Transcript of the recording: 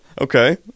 Okay